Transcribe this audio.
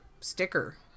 sticker